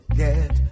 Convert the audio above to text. get